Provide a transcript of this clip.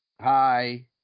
Hi